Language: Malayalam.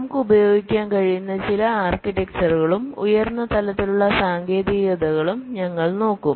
നമുക്ക് ഉപയോഗിക്കാൻ കഴിയുന്ന ചില ആർക്കിടെക്ചർകളും ഉയർന്ന തലത്തിലുള്ള സാങ്കേതികതകളും ഞങ്ങൾ നോക്കും